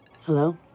Hello